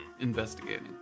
investigating